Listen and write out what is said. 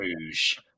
Rouge